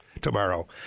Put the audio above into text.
tomorrow